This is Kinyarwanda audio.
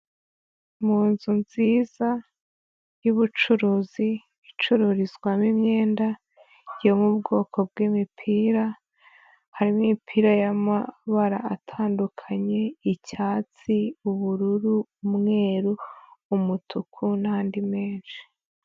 Mu nzu nziza y'ubucuruzi, icururizwamo imyenda yo mu bwoko bw'imipira, harimo imipira y'amabara atandukanye, icyatsi, ubururu, umweru, umutuku n'andi menshi.